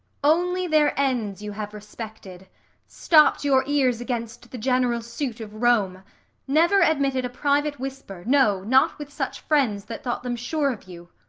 only their ends you have respected stopped your ears against the general suit of rome never admitted a private whisper, no, not with such friends that thought them sure of you.